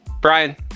brian